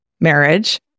marriage